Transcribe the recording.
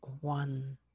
one